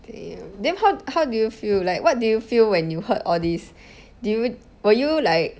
okay then how how do you feel like what do you feel when you heard all this do you were you like